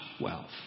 wealth